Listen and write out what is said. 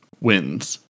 wins